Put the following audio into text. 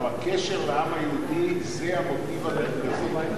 אבל קשר לעם היהודי, זה המוטיב המרכזי.